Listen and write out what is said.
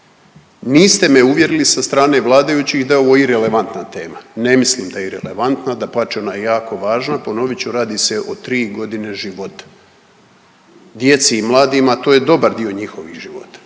Niste me uvjerili sa strane vladajućih da je ovo irelevantna tema. Ne mislim da je irelevantna. Dapače ona je jako važna. Ponovit ću radi se o tri godine života. Djeci i mladima to je dobar dio njihovih života.